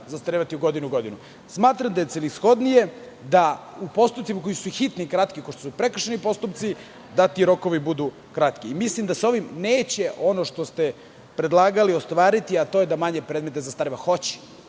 zastarevati iz godine u godinu. Smatram da je celishodnije da u postupcima koji su hitni i kratki, kao što su prekršajni postupci, rokovi budu kratki. Mislim da se ovim neće ono što ste predlagali ostvariti, a to je da manje predmeta zastareva. Hoće,